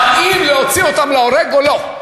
האם להוציא אותם להורג או לא?